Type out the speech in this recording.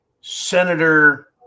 Senator